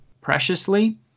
preciously